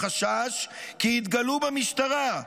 החשש כי יתגלו במשטרה,